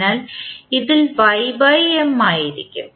അതിനാൽ ഇതിൽ M ആയിരിക്കും